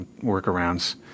workarounds